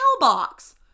mailbox